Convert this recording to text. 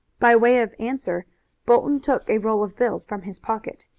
by way of answer bolton took a roll of bills from his pocket.